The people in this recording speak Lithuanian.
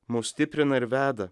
mus stiprina ir veda